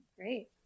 Great